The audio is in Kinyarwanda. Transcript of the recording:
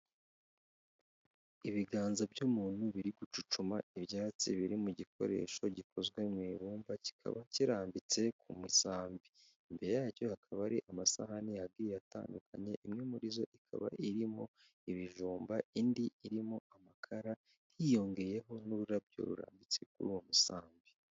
Ibiganza by'umuntu biri gucucuma ibyatsi biri mu gikoresho gikozwe mu ibumba kikaba kirambitse ku musambi. Imbere yacyo hakaba hari amasahani agiye atandukanye, imwe muri zo ikaba irimo ibijumba, indi irimo amakara, hiyongeyeho n'ururabyo rurambitse kuri uwo musambi.